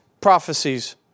prophecies